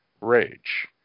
rage